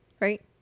right